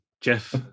Jeff